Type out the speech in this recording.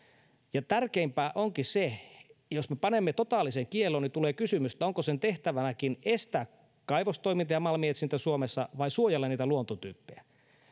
tärkeämpää onkin se että jos me panemme totaalisen kiellon niin tulee kysymys onko sen tehtävänä estää kaivostoiminta ja malminetsintä suomessa vai suojella niitä luontotyyppejä